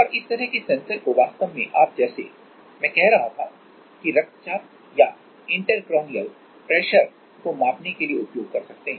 और इस तरह के सेंसर को वास्तव में आप जैसे मैं कह रहा था कि रक्तचाप या इंटरक्रानिअल प्रेशर को मापने के लिए उपयोग कर सकते हैं